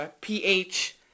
PH